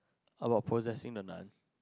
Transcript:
about possessing the nun